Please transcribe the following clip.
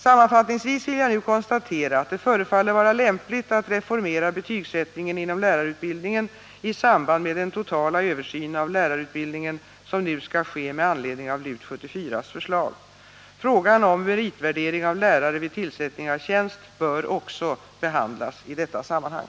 Sammanfattningsvis vill jag nu konstatera att det förefaller vara lämpligt att reformera betygsättningen inom lärarutbildningen i samband med den totala översyn av lärarutbildningen som nu skall ske med anledning av LUT också behandlas i detta sammanhang.